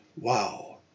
Wow